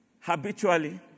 habitually